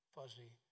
fuzzy